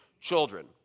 children